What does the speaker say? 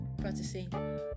practicing